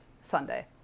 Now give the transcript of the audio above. Sunday